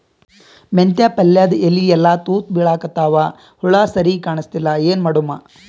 ಮೆಂತೆ ಪಲ್ಯಾದ ಎಲಿ ಎಲ್ಲಾ ತೂತ ಬಿಳಿಕತ್ತಾವ, ಹುಳ ಸರಿಗ ಕಾಣಸ್ತಿಲ್ಲ, ಏನ ಮಾಡಮು?